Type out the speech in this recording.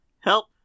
Help